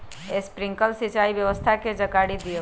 Sprinkler सिंचाई व्यवस्था के जाकारी दिऔ?